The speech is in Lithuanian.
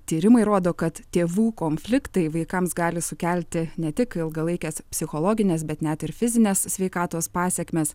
tyrimai rodo kad tėvų konfliktai vaikams gali sukelti ne tik ilgalaikes psichologines bet net ir fizinės sveikatos pasekmes